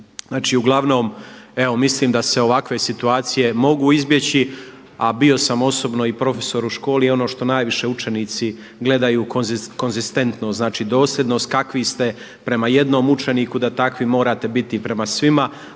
uglavnom evo mislim da se ovakve situacije mogu izbjeći a bio sam osobno i profesor u školi i ono što najviše učenici gledaju konzistentnost, znači dosljednost kakvi ste prema jednom učeniku da takvi morate biti i prema svima.